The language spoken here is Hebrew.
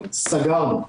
סגרנו,